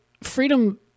freedom